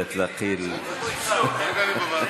ובכן,